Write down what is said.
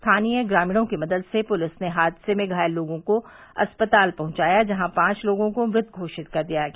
स्थानीय ग्रामीणों की मदद से पुलिस ने हादसे में घायल लोगों को अस्पताल पहुँचाया जहां पांच लोगों को मृत घोषित कर दिया गया